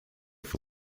for